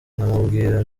nkamubwira